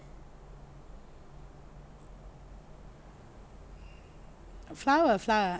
flower flower